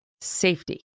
safety